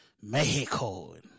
Mexico